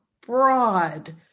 broad